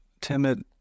timid